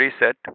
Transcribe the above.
Reset